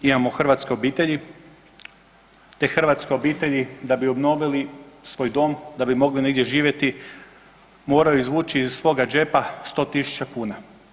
Imamo hrvatske obitelji, te hrvatske obitelji da bi obnovili svoj dom, da bi mogli negdje živjeti moraju izvući iz svoga džepa sto tisuća kuna.